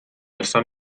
están